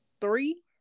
three